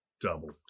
double